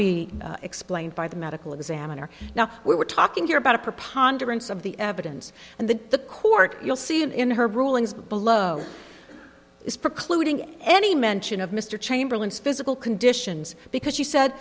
be explained by the medical examiner now we're talking here about a preponderance of the evidence and the the court you'll see it in her rulings below is precluding any mention of mr chamberlain physical conditions because you said